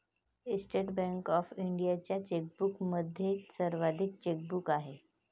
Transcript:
state Bank of इंडियाच्या चेकबुकमध्ये सर्वाधिक चेक आहेत